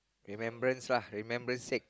remembrance uh remembrance sake